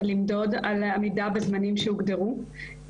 למדוד על עמידה בזמנים שהוגדרו.